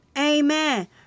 Amen